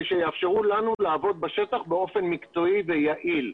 שיאפשרו לנו לעבוד בשטח באופן מקצועי ויעיל.